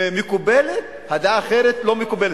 מקובלת, הדעה האחרת לא מקובלת?